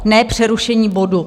Ne přerušení bodu.